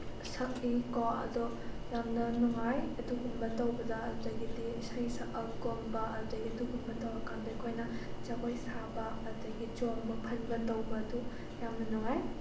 ꯁꯛꯏꯀꯣ ꯑꯗꯣ ꯌꯥꯝꯅ ꯅꯨꯉꯥꯏ ꯑꯗꯨꯒꯨꯝꯕ ꯇꯧꯕꯗ ꯑꯗꯨꯗꯒꯤꯗꯤ ꯏꯁꯩ ꯁꯛꯄꯒꯨꯝꯕ ꯑꯗꯨꯗꯩ ꯑꯗꯨꯒꯨꯝꯕ ꯇꯧꯔꯀꯥꯟꯗ ꯑꯩꯈꯣꯏꯅ ꯖꯒꯣꯏ ꯁꯥꯕ ꯑꯗꯨꯗꯒꯤ ꯆꯣꯡꯕ ꯐꯟꯕ ꯇꯧꯕꯗꯨ ꯌꯥꯝꯅ ꯅꯨꯡꯉꯥꯏ